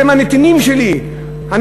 אתם הנתינים שלי,